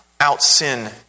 out-sin